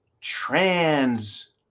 trans